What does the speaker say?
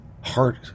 heart